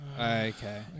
Okay